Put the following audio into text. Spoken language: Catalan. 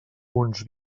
uns